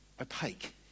opaque